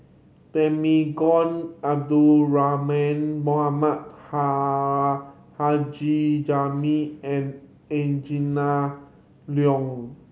Temenggong Abdul Rahman Mohamed Taha Haji Jamil and Angela Liong